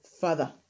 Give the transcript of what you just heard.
father